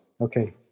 Okay